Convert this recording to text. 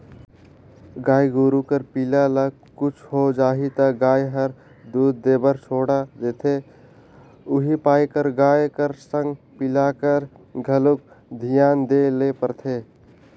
गाय गोरु कर पिला ल कुछु हो जाही त गाय हर दूद देबर छोड़ा देथे उहीं पाय कर गाय कर संग पिला कर घलोक धियान देय ल परथे